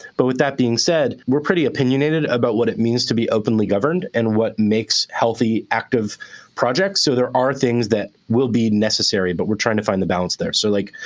but with that being said, we're pretty opinionated about what it means to be openly governed and what makes healthy, active projects. so there are things that will be necessary. but we're trying to find the balance there. so like,